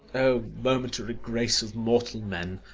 o momentary grace of mortal men,